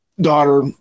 daughter